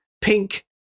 pink